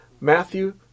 Matthew